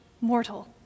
mortal